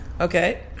Okay